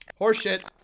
Horseshit